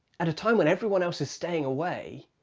at a time when everyone else is staying away,